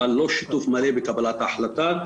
אבל לא שיתוף מלא בקבלת החלטה.